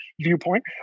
viewpoint